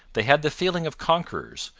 they had the feeling of conquerors,